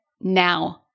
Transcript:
now